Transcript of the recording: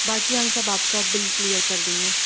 बाकी हम सब आपका बिल क्लियर कर देंगे